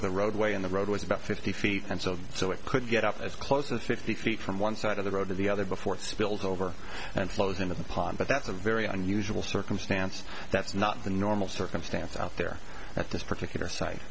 the roadway in the road was about fifty feet and so so it could get up as close as fifty feet from one side of the road to the other before it spills over and flows into the pond but that's a very unusual circumstance that's not the normal circumstance out there at this particular site